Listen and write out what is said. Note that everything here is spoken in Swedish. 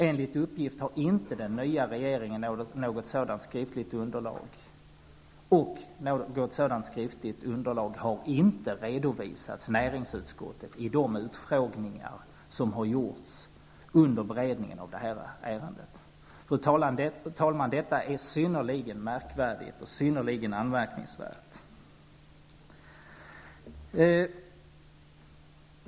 Enligt uppgift har inte den nya regeringen något sådant skriftligt underlag. Något sådant skriftligt underlag har inte heller redovisats för näringsutskottet vid de utfrågningar som har gjorts under beredningen av det här ärendet. Fru talman! Detta är synnerligen märkvärdigt och synnerligen anmärkningsvärt.